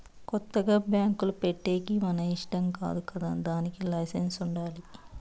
కొత్తగా బ్యాంకులు పెట్టేకి మన ఇష్టం కాదు కదా దానికి లైసెన్స్ ఉండాలి